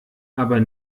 aber